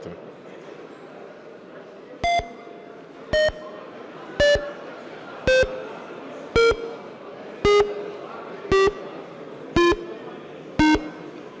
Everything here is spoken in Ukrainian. Дякую,